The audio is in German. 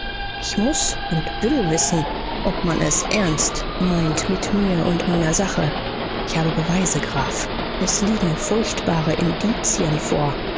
ich muß und will wissen ob man es ernst meint mit mir und meiner sache ich habe beweise graf es liegen furchtbare indizien vor